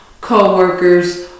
co-workers